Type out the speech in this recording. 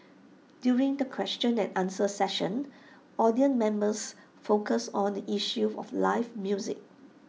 during the question and answer session audience members focused on the issue of live music